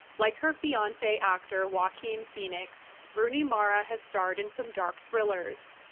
like her fiance actor joaquin phoenix, rooney mara has starred in some dark thrillers.